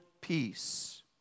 peace